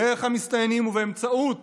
דרך המסתננים, ובאמצעות